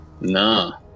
Nah